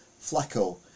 Flacco